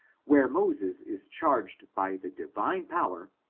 where moses is charged by the divine power,